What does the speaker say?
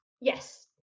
Yes